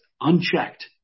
unchecked